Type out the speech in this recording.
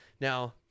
Now